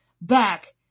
back